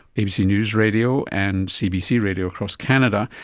abc news radio and cbc radio across canada,